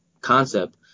concept